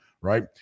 right